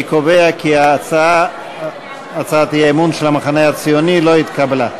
אני קובע כי הצעת האי-אמון של המחנה הציוני לא התקבלה.